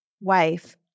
wife